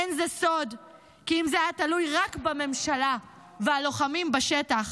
אין זה סוד כי אם זה היה תלוי רק בממשלה והלוחמים בשטח,